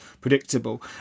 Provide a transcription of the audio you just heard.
predictable